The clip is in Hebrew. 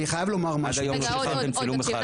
עד היום לא שחררתם צילום אחד.